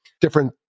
different